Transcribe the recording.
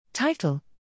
Title